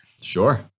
Sure